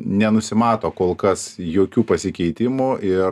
nenusimato kol kas jokių pasikeitimų ir